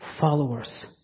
followers